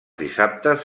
dissabtes